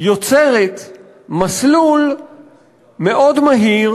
יוצרת מסלול מאוד מהיר,